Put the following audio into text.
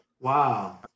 wow